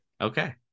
okay